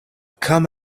come